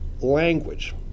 language